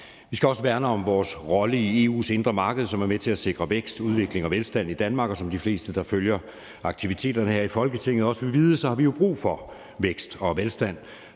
Vi skal også værne om vores rolle i EU's indre marked, som er med til at sikre vækst, udvikling og velstand i Danmark. Og som de fleste, der følger aktiviteterne her i Folketinget, også vil vide, har vi jo brug for vækst og velstand